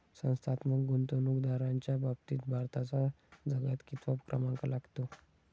संस्थात्मक गुंतवणूकदारांच्या बाबतीत भारताचा जगात कितवा क्रमांक लागतो?